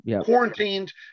quarantined